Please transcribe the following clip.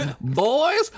boys